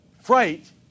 fright